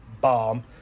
bomb